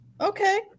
okay